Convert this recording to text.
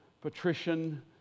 patrician